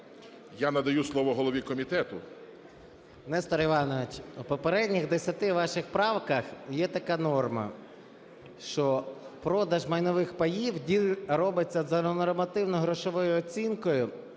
Я надаю слово голові комітету. 13:36:42 СОЛЬСЬКИЙ М.Т. Нестор Іванович, у попередніх десяти ваших правках є така норма, що продаж майнових паїв робиться за нормативно-грошовою оцінкою